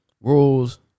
Rules